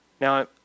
Now